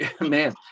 man